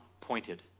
pointed